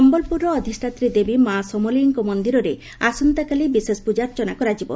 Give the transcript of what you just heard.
ସମ୍ୟଲପୁରର ଅଧିଷାତ୍ରୀ ଦେବୀ ମା' ସମଲେଇଙ୍କ ମନ୍ଦିରରେ ଆସନ୍ତାକାଲି ବିଶେଷ ପୂଜାର୍ଚ୍ଚନା କରାଯିବ